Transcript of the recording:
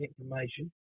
information